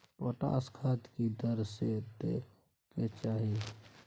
Potash खाद की दर से दै के चाही?